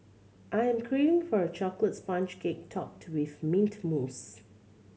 I am craving for a chocolate sponge cake topped with mint mousse